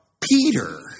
Peter